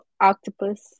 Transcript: octopus